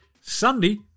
Sunday